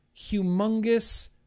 humongous